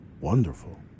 wonderful